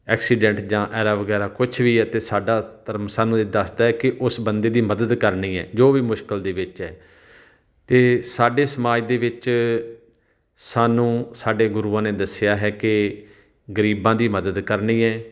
accident ਜਾਂ ਐਰਾ ਵਗੈਰਾ ਕੁਛ ਵੀ ਹੈ ਅਤੇ ਸਾਡਾ ਧਰਮ ਸਾਨੂੰ ਇਹ ਦੱਸਦਾ ਕਿ ਉਸ ਬੰਦੇ ਦੀ ਮਦਦ ਕਰਨੀ ਹੈ ਜੋ ਵੀ ਮੁਸ਼ਕਿਲ ਦੇ ਵਿੱਚ ਹੈ ਅਤੇ ਸਾਡੇ ਸਮਾਜ ਦੇ ਵਿੱਚ ਸਾਨੂੰ ਸਾਡੇ ਗੁਰੂਆਂ ਨੇ ਦੱਸਿਆ ਹੈ ਕਿ ਗਰੀਬਾਂ ਦੀ ਮਦਦ ਕਰਨੀ ਹੈ